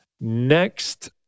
Next